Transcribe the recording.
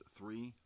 three